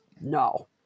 no